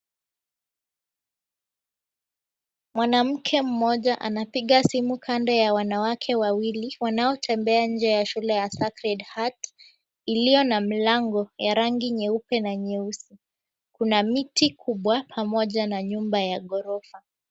Mwanamke mmoja anapiga simu kando ya wanawake wawili wanaotembea nje ya shule ya sacred heart iliyo na mlango ya rangi nyeupe na nyeusi. Kuna miti kubwa pamoja na nyumba ya ghorofa.